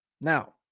Now